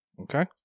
Okay